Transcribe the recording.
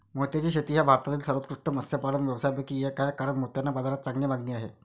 मोत्याची शेती हा भारतातील सर्वोत्कृष्ट मत्स्यपालन व्यवसायांपैकी एक आहे कारण मोत्यांना बाजारात चांगली मागणी आहे